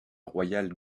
royal